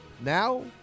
Now